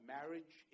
Marriage